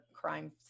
crime